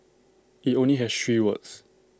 IT only has three words